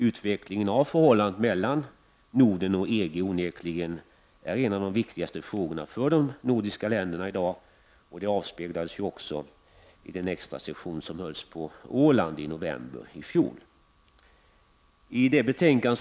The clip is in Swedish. Utvecklingen av förhållandet mellan Norden och EG är onekligen en av de viktigaste frågorna för de nordiska länderna i dag, vilket också avspeglades i den extrasession som hölls på Åland i november 1989.